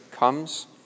comes